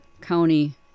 county